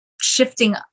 shifting